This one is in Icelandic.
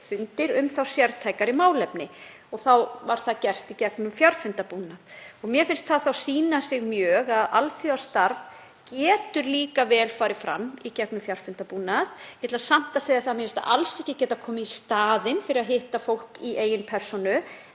fundir og þá um sértækari málefni. Þá var það gert í gegnum fjarfundabúnað. Mér finnst það sýna sig að alþjóðastarf getur vel farið fram í gegnum fjarfundabúnað. Ég ætla samt að segja að mér finnst slíkt alls ekki geta komið í staðinn fyrir að hitta fólk í eigin persónu